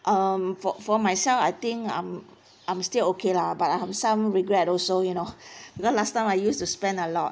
um for for myself I think I'm I'm still okay lah but I have some regret also you know because last time I used to spend a lot